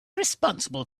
responsible